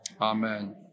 Amen